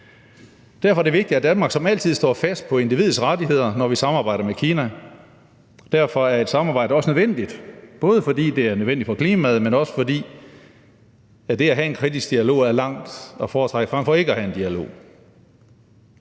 Derfor er det vigtigt, at Danmark som altid står fast på individets rettigheder, når vi samarbejder med Kina, og derfor er et samarbejde også nødvendigt, både fordi det er nødvendigt for klimaet, men også fordi det at have en kritisk dialog er langt at foretrække frem for ikke at have en dialog.